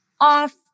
off